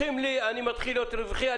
מתחיל להיות רווחי,